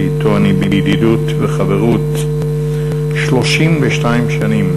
שאתו אני בידידות וחברות 32 שנים.